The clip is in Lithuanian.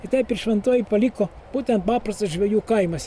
i kitaip ir šventoji paliko būtent paprastas žvejų kaimas